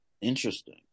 Interesting